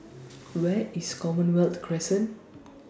Where IS Commonwealth Crescent